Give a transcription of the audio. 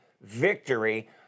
victory